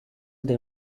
they